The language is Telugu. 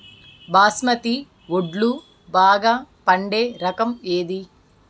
బాస్మతి వడ్లు బాగా పండే రకం ఏది